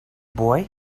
boy